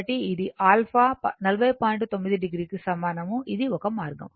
9 o కు సమానం ఇది ఒక మార్గం